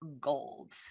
gold